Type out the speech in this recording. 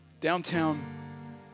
downtown